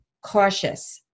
cautious